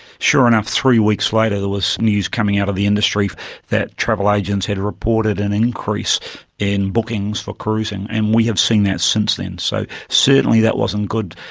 sure enough, three weeks later there was news coming out of the industry that travel agents had reported an increase in bookings for cruising, and we have seen that since then. so certainly that wasn't good,